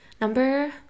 number